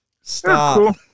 Stop